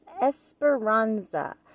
esperanza